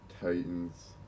Titans